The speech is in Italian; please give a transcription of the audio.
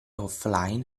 offline